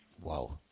Wow